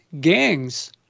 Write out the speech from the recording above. gangs